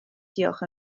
diolch